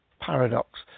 paradox